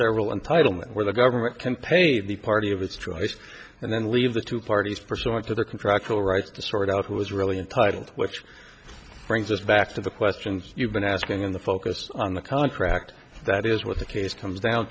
several entitlement where the government can pay the party of his choice and then leave the two parties pursuant to their contractual rights to sort out who is really in title which brings us back to the questions you've been asking in the focus on the contract that is what the case comes down